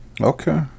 Okay